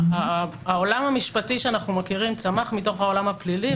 העולם המשפטי שאנחנו מכירים צמח מתוך העולם הפלילי,